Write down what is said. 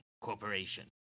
Corporation